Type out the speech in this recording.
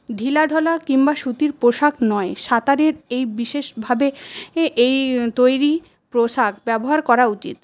ঢিলাঢালা কিংবা সুতির পোশাক নয় সাঁতারের এই বিশেষভাবে এই তৈরি পোশাক ব্যবহার করা উচিত